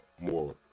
more